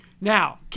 Now